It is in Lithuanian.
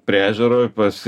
prie ežero pas